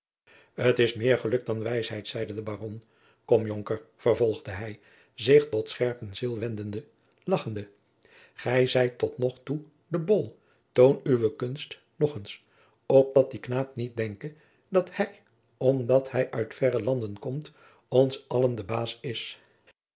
t is meer geluk dan wijsheid zeide de baron kom jonker vervolgde hij zich tot scherpenzeel wendende lagchende gij zijt tot nog toe de bol toon uwe kunst nog eens opdat die knaap niet denke dat hij omdat hij uit verre landen komt ons allen de baas is